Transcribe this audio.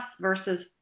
versus